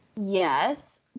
yes